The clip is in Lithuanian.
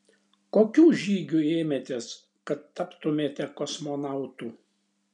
kokių žygių ėmėtės kad taptumėte kosmonautu